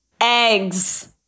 Eggs